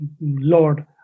lord